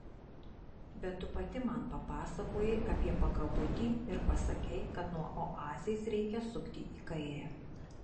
bet tu pati man papasakojai apie pakabutį ir pasakei kad nuo oazės reikia sukti į kairę